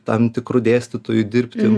tam tikru dėstytoju dirbti